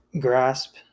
grasp